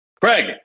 Craig